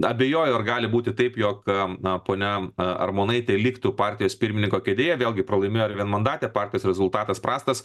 abejoju ar gali būti taip jog na ponia armonaitė liktų partijos pirmininko kėdėje vėlgi pralaimėjo ir vienmandatę partijos rezultatas prastas